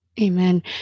Amen